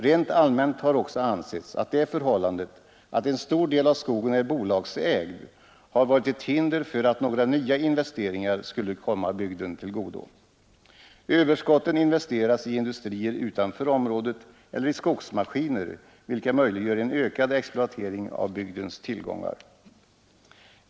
Rent allmänt har också ansetts att det förhållandet att en stor del av skogen är bolagsägd har varit ett hinder för att några nya investeringar skulle komma bygden till godo. Överskotten investeras i industrier utanför området eller i skogsmaskiner, vilka möjliggör en ökad exploatering av bygdens tillgångar.